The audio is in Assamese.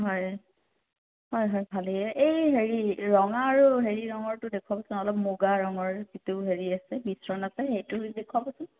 হয় হয় হয় ভালেই এই এই হেৰি ৰঙা আৰু হেৰি ৰঙৰটো দেখুৱাবটোন অলপ মুগা ৰঙৰ যিটো হেৰি আছে মিশ্ৰণ আছে সেইটো দেখুৱাবচোন